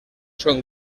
son